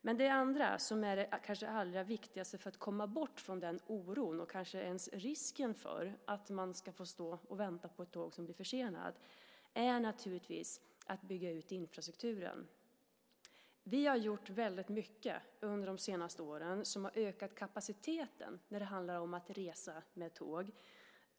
Men det andra, som kanske är det allra viktigaste för att komma bort från oron och ens risken för att man ska få stå och vänta på ett tåg som är försenat, är naturligtvis att bygga ut infrastrukturen. Vi har gjort väldigt mycket under de senaste åren som har ökat kapaciteten när det handlar om att resa med tåg.